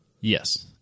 yes